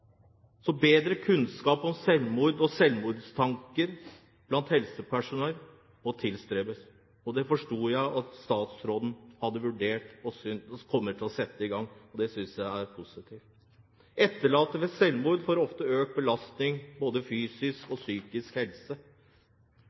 Bedre kunnskap om selvmord og selvmordstanker blant helsepersonell må tilstrebes. Det forstår jeg at statsråden har vurdert og vil komme til å sette i gang. Det synes jeg er positivt. Etterlatte etter selvmord får ofte flere belastninger, både psykisk og fysisk, enn etterlatte ved naturlig eller ikke-brå død, og